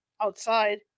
Outside